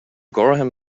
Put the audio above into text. gorham